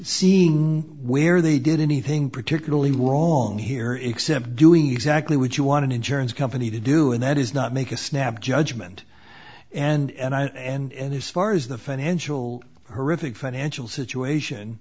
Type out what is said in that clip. seeing where they did anything particularly wrong here except doing exactly what you want an insurance company to do and that is not make a snap judgment and as far as the financial horrific financial situation